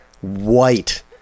white